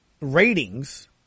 ratings